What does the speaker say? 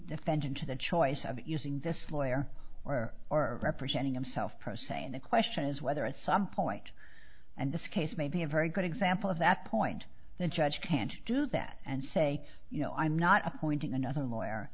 defendant to the choice of using this lawyer or or representing himself pro saying the question is whether at some point and this case may be a very good example of that point the judge can't do that and say you know i'm not appointing another lawyer